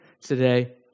today